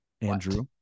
Andrew